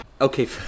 Okay